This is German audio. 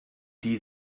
die